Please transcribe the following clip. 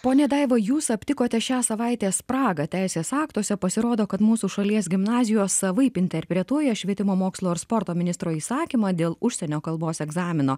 ponia daiva jūs aptikote šią savaitę spragą teisės aktuose pasirodo kad mūsų šalies gimnazijos savaip interpretuoja švietimo mokslo ir sporto ministro įsakymą dėl užsienio kalbos egzamino